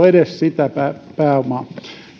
edes sitä pääomaa